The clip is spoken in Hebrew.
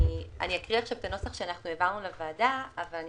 אני אקריא עכשיו את הנוסח שאנחנו העברנו לוועדה אבל אני